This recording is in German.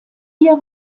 hier